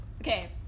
okay